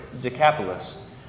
Decapolis